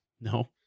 No